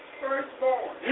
firstborn